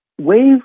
Wave